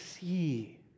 see